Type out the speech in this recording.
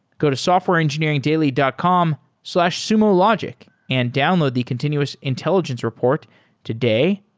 go to softwareengineeringdaily dot com slash sumologic and download the continuous intelligence report today.